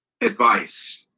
advice